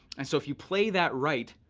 and so if you play that right,